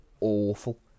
awful